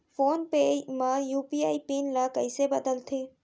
Phone पे म UPI PIN ल कइसे बदलथे?